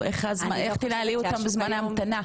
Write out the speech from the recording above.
איך תנהלי אותם בזמן ההמתנה?